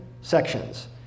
sections